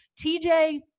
tj